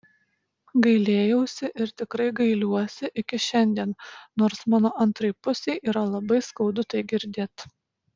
gailėjausi ir tikrai gailiuosi iki šiandien nors mano antrai pusei yra labai skaudu tai girdėt